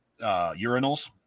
urinals